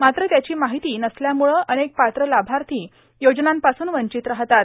मात्र त्याची मर्ााहती नसल्यामुळे अनेक पात्र लाभार्था योजनांपासून वींचत राहतात